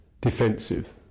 defensive